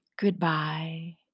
Goodbye